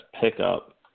pickup